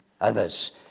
others